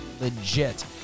legit